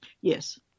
Yes